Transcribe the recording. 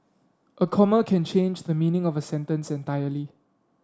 a comma can change the meaning of a sentence entirely